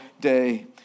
day